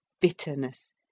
bitterness